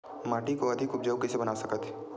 माटी को अधिक उपजाऊ कइसे बना सकत हे?